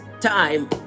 time